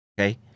okay